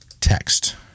text